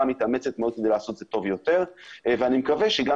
כן מתאמצת מאוד כדי לעשות את זה טוב יותר ואני מקווה שגם